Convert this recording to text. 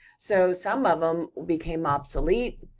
so some of em became obsolete,